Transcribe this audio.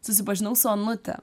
susipažinau su onute